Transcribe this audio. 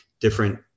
different